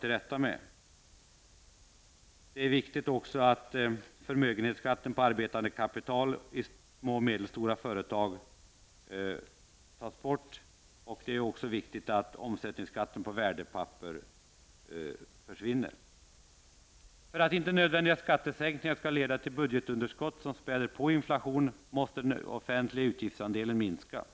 Det är också viktigt att förmögenhetsskatten på arbetande kaptial i små och medelstora företag och att omsättningsskatten på värdepapper slopas. För att inte nödvändiga skattesänkningar skall leda till budgetunderskott som späder på inflationen måste den offentliga utgiftsandelen minska.